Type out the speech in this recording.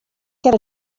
get